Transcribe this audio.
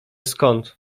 skąd